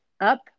up